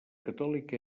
catòlica